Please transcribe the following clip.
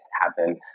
happen